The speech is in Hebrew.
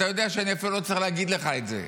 אתה יודע שאני אפילו לא צריך להגיד לך את זה.